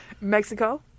Mexico